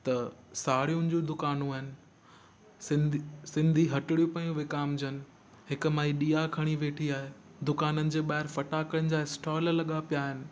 त साहेड़ियुनि जूं दुकानूं आहिनि सिंधी सिंधी हटिड़ियूं पियूं विकामिजनि हिक माई ॾीआ खणी वेठी आहे दुकाननि जे ॿाहिरि फ़टाकनि जा स्टॉल लॻा पिया आहिनि